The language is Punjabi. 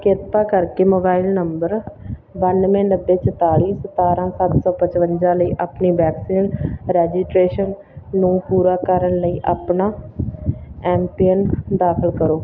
ਕਿਰਪਾ ਕਰਕੇ ਮੋਬਾਈਲ ਨੰਬਰ ਬਾਨਵੇਂ ਨੱਬੇ ਚੁਤਾਲੀ ਸਤਾਰਾਂ ਸੱਤ ਸੌ ਪਚਵੰਜਾ ਲਈ ਆਪਣੀ ਵੈਕਸੀਨ ਰਜਿਸਟ੍ਰੇਸ਼ਨ ਨੂੰ ਪੂਰਾ ਕਰਨ ਲਈ ਆਪਣਾ ਐੱਮ ਪਿੰਨ ਦਾਖਲ ਕਰੋ